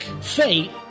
Fate